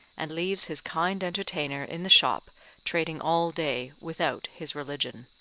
and leaves his kind entertainer in the shop trading all day without his religion.